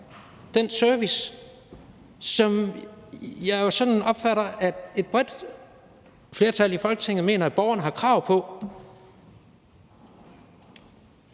den service, som jeg jo opfatter at et bredt flertal i Folketinget mener borgerne har krav på,